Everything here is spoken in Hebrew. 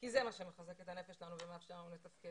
כי זה מה שמחזיק את הנפש שלנו ומאפשר לנו לתפקיד.